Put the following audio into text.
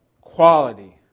quality